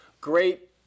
great